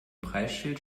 preisschild